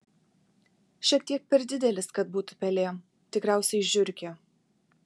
šiek tiek per didelis kad būtų pelė tikriausiai žiurkė